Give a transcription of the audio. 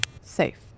Safe